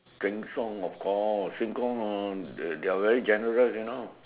Sheng-Siong of course Sheng-Siong oh they're very generous you know